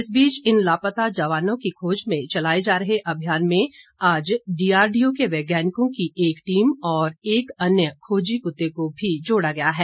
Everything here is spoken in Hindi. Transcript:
इस बीच इन लापता जवानों की खोज में चलाए जा रहे अभियान में आज डीआरडीओ के वैज्ञानिकों की एक टीम और एक अन्य खोजी कृत्ते को भी जोड़ा गया है